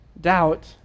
doubt